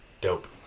Dope